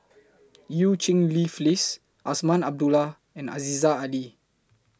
EU Cheng Li Phyllis Azman Abdullah and Aziza Ali